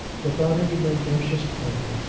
without any mendacious paint,